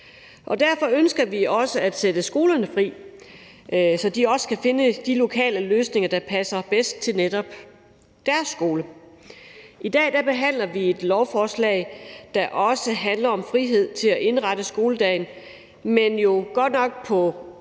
Derfor ønsker vi også at sætte skolerne fri, så de også kan finde lokale løsninger, der passer bedst til netop deres skole. I dag behandler vi et lovforslag, der også handler om frihed til selv at indrette skoledagen, men godt nok på